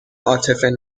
عاطفه